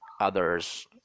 others